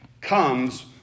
comes